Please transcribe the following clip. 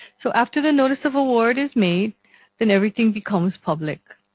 so after the notice of award is made then everything becomes public.